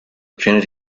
opciones